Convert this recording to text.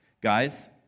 Guys